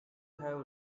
have